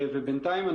ובינתיים,